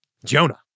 Jonah